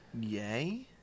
yay